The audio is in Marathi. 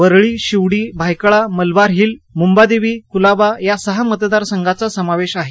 वरळी शिवडी भायखळा मलबार हिल मुंबादेवी कुलाबा या सहा मतदारसंघाचा समावेश आहे